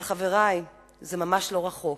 אבל, חברי, זה ממש לא רחוק.